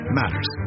matters